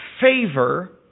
favor